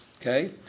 okay